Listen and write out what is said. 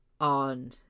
on